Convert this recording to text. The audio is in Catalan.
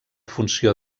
funció